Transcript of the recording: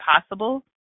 possible